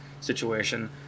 situation